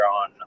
on